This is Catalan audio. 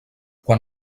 quan